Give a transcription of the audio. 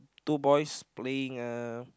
two boys playing uh